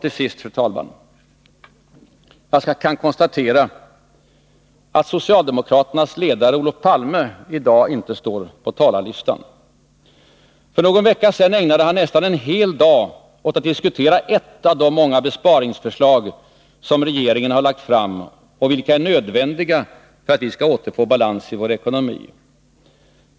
Till sist kan jag konstatera att socialdemokraternas ledare Olof Palme i dag inte står på talarlistan. För någon vecka sedan ägnade han nästan en hel dag åt att diskutera ett av de många besparingsförslag som regeringen har lagt fram och vilka är nödvändiga för att vi åter skall få balans i vår ekonomi.